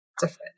different